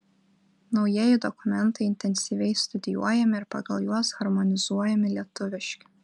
naujieji dokumentai intensyviai studijuojami ir pagal juos harmonizuojami lietuviški